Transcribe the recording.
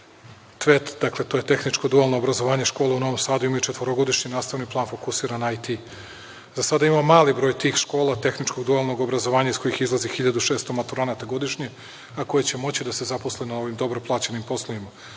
„tvet“, dakle to je tehničko-dualno obrazovanje škole u Novom Sadu imaju četvorogodišnji nastavni plan fokusiran na IT. Za sada imamo mali broj tih škola, tehničko-dualnog obrazovanja iz kojih izlazi 1600 maturanata godišnje, a koji će moći da se zaposle na ovim dobro plaćenim poslovima. Radićemo